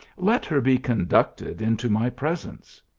let her be conducted into my presence.